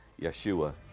Yeshua